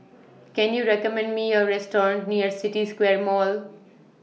Can YOU recommend Me A Restaurant near City Square Mall